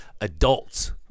adults